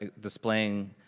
displaying